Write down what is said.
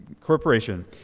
Corporation